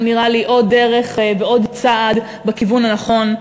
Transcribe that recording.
הוא נראה לי עוד דרך ועוד צעד בכיוון הנכון.